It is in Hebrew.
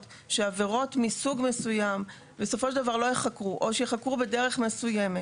שעבירות מסוג מסוים בסופו של דבר לא ייחקרו או שייחקרו בדרך מסוימת,